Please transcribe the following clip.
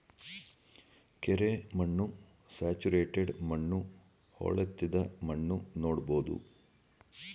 ಕೆರೆ ಮಣ್ಣು, ಸ್ಯಾಚುರೇಟೆಡ್ ಮಣ್ಣು, ಹೊಳೆತ್ತಿದ ಮಣ್ಣು ನೋಡ್ಬೋದು